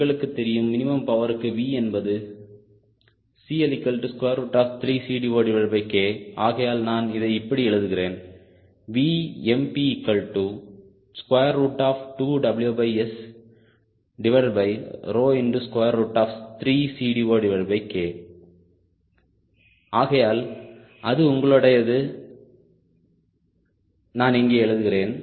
உங்களுக்கு தெரியும் மினிமம் பவர்க்கு V என்பது CL3CD0K ஆகையால் நான் இதை இப்படி எழுதுகிறேன் VmP2WS3CD0K ஆகையால் அது உங்களுடையது நான் இங்கே எழுதுகிறேன்